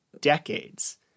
decades